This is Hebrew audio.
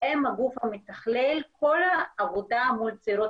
הם הגוף המתכלל את כל העבודה מול צעירים